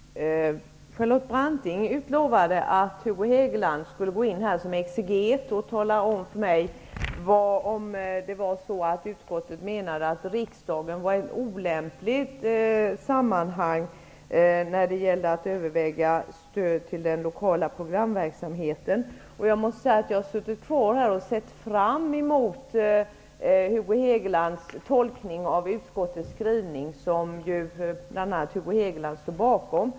Herr talman! Charlotte Branting utlovade att Hugo Hegeland såsom en exeget skulle tala om för mig huruvida utskottet menade att riksdagen var ett olämpligt forum för att överväga stöd till den lokala programverksamheten. Jag har suttit kvar här och sett fram emot Hugo Hegelands tolkning av utskottets skrivning, som bl.a. Hugo Hegeland står bakom.